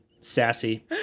Sassy